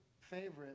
favorite